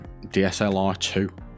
dslr2